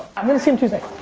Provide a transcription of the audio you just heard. i'm going to see him tuesday.